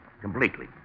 Completely